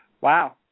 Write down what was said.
Wow